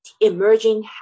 emerging